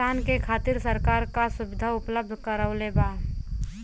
किसान के खातिर सरकार का सुविधा उपलब्ध करवले बा?